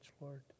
Lord